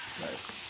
Nice